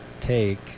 take